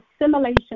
Assimilation